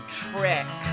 trick